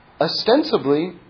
ostensibly